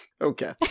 Okay